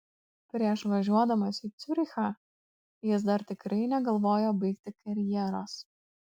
prieš važiuodamas į ciurichą jis dar tikrai negalvojo baigti karjeros